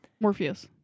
Morpheus